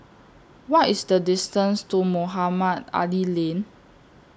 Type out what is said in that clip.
What IS The distance to Mohamed Ali Lane